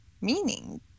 meaning